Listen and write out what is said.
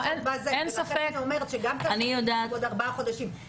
האם אתם יודעים כמה פריסה אתם צריכים לעשות?